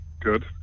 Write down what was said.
Good